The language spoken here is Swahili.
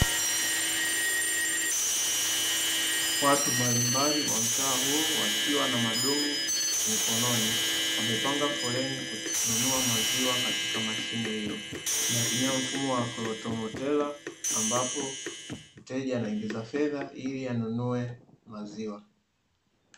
Watu mbalimbali wa mtaa huu wakiwa na madumu mikononi, wamepanga foleni kununua maziwa katika mashine hiyo, inayotumia mfumo wa kiautomotela ambapo mteja anaingiza fedha ili anunue maziwa.